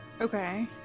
Okay